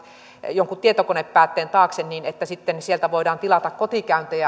jonkun tietokonepäätteen taakse että sitten sieltä voidaan tilata kotikäyntejä